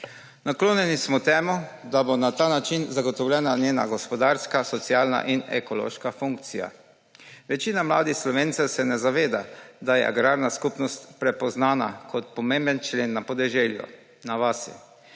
Naklonjeni smo temu, da bo na ta način zagotovljena njena gospodarska, socialna in ekološka funkcija. Večina mladih Slovencev se ne zaveda, da je agrarna skupnost prepoznana kot pomemben člen na podeželju, na vasi.